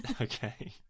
okay